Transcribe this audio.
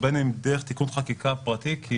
ובין אם דרך תיקון חקיקה פרטי.